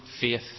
faith